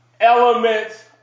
elements